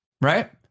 right